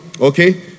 okay